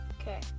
Okay